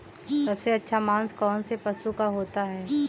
सबसे अच्छा मांस कौनसे पशु का होता है?